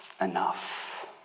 enough